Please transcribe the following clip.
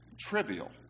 trivial